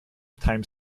time